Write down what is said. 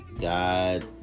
God